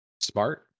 smart